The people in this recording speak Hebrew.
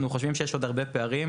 אנחנו חושבים שיש עוד הרבה פערים